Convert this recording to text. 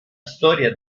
storia